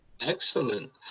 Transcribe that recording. Excellent